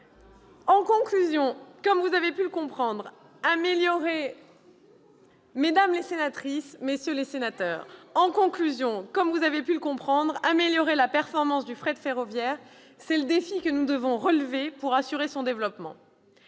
les sénateurs, comme vous avez pu le comprendre, améliorer la performance du fret ferroviaire est le défi que nous devons relever pour assurer son développement.